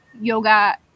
yoga